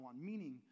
meaning